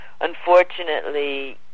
unfortunately